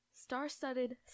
Star-studded